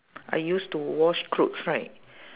I use to wash clothes right